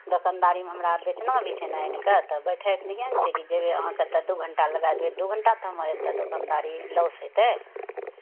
दोकनदारीमे हमरा बेचना भी छै ने आनि कऽ तऽ बैठक नहि ने छै की जेबै अहाँकेँ तऽ दू घण्टा लगाए देबै दू घण्टा तऽ हमर एतए दोकानदारी लॉस हेतै